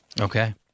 Okay